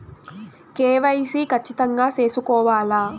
KYC ఖచ్చితంగా సేసుకోవాలా